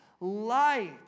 light